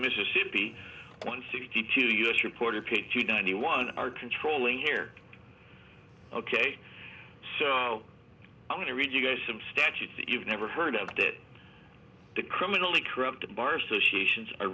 mississippi one sixty two us reporter katie ninety one are controlling here ok so i'm going to read you guys some statutes that you've never heard of that the criminally corrupt bar associations are